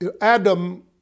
Adam